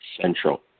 Central